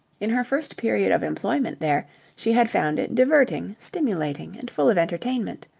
in her first period of employment there she had found it diverting, stimulating and full of entertainment.